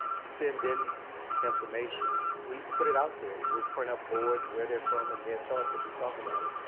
send in information, we put it out there. we'll print up boards, where they're from and their thoughts, and we talk about it.